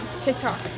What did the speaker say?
tiktok